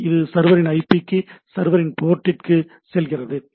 இது சர்வரின் ஐபி க்கு சர்வரின் போர்ட்டிற்கு செல்கிறது சரி